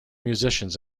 musicians